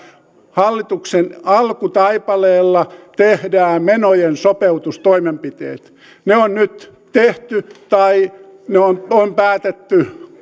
hallituksen alkutaipaleella tehdään menojen sopeutustoimenpiteet ne on nyt tehty tai ne on ainakin päätetty